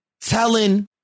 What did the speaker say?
telling